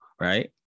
right